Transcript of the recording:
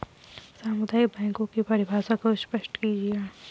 सामुदायिक बैंकों की परिभाषा को स्पष्ट कीजिए?